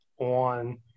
on